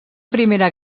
primera